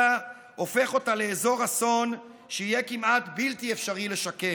הופך אותה לאזור אסון שיהיה כמעט בלתי אפשרי לתקן,